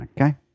okay